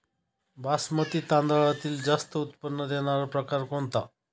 बासमती तांदळातील जास्त उत्पन्न देणारा प्रकार कोणता?